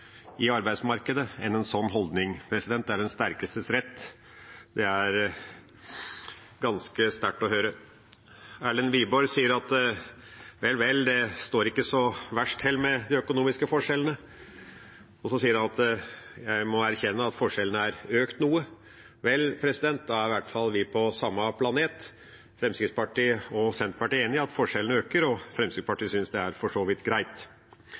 i arbeidsmarkedet enn en sånn holdning. Det er den sterkestes rett. Det er ganske sterkt å høre. Erlend Wiborg sier at vel, det står ikke så verst til med de økonomiske forskjellene, og så sier han at han må erkjenne at forskjellene har økt noe. Vel, da er vi i hvert fall på samme planet. Fremskrittspartiet og Senterpartiet er enig i at forskjellene øker. Fremskrittspartiet synes det for så vidt er greit.